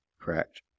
Correct